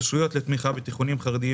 התקשרויות לתמיכה בתיכונים חרדיים